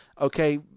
okay